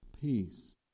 peace